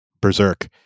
berserk